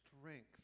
strength